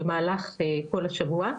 במהלך כל השבוע,